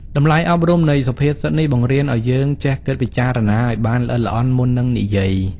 តម្លៃអប់រំនៃសុភាសិតនេះបង្រៀនឱ្យយើងចេះគិតពិចារណាឱ្យបានល្អិតល្អន់មុននឹងនិយាយ។